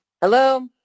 Hello